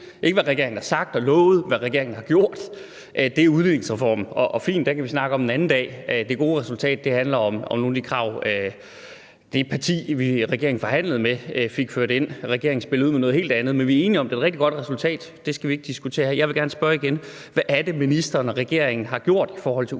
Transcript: ikke hvad regeringen har sagt og lovet, men hvad regeringen har gjort – udligningsreformen. Fint, den kan vi snakke om en anden dag. Det gode resultat handler om nogle af de krav, det parti, regeringen forhandlede med, fik ført ind. Regeringen spillede ud med noget helt andet. Men vi er enige om, at det er et rigtig godt resultat, det skal vi ikke diskutere her. Jeg vil gerne spørge igen: Hvad er det, ministeren og regeringen har gjort i forhold til udflytning